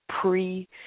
pre